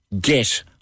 get